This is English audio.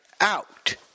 out